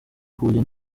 ihuye